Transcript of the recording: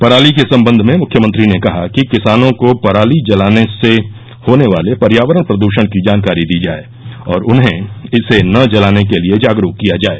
पराली के सम्बन्ध में मुख्यमंत्री ने कहा कि किसानों को पराली जलाने से होने वाले पर्यावरण प्रदृषण की जानकारी दी जाए और उन्हें इसे न जलाने के लिए जागरूक किया जाए